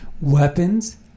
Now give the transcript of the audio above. weapons